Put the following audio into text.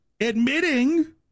admitting